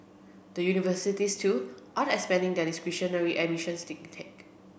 the universities too are expanding their discretionary admissions intake